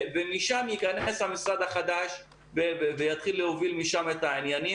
ומשם ייכנס המשרד החדש ויתחיל להוביל את העניינים.